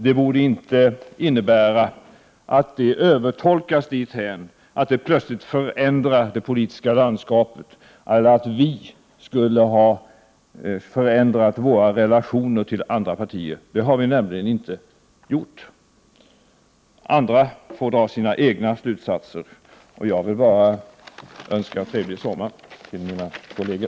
Det borde inte övertolkas dithän att det plötsligt förändrar det politiska landskapet eller att vi skulle ha förändrat våra relationer till andra partier. Det har vi inte gjort. Andra får dra sina egna slutsatser. Jag vill bara önska mina kolleger trevlig sommar!